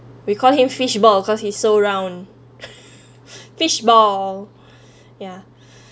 we call him fishball cause he's so round fishball yeah